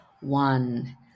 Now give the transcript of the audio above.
one